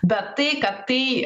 bet tai kad tai